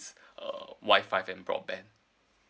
um wifi and broadband